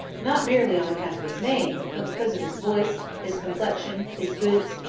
not merely on account of his name, but because of his voice, his complexion, his boots,